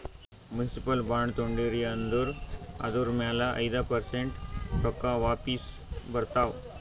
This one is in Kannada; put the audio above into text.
ಮುನ್ಸಿಪಲ್ ಬಾಂಡ್ ತೊಂಡಿರಿ ಅಂದುರ್ ಅದುರ್ ಮ್ಯಾಲ ಐಯ್ದ ಪರ್ಸೆಂಟ್ ರೊಕ್ಕಾ ವಾಪಿಸ್ ಬರ್ತಾವ್